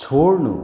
छोड्नु